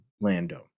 lando